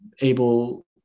able